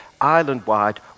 island-wide